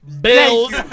bills